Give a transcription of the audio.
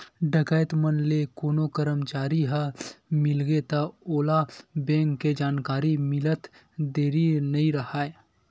डकैत मन ले कोनो करमचारी ह मिलगे त ओला बेंक के जानकारी मिलत देरी नइ राहय